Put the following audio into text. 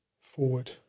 forward